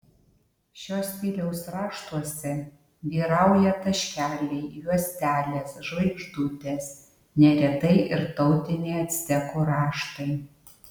šio stiliaus raštuose vyrauja taškeliai juostelės žvaigždutės neretai ir tautiniai actekų raštai